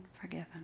forgiven